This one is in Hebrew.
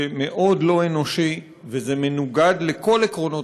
זה מאוד לא אנושי וזה מנוגד לכל עקרונות